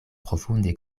profunde